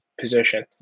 position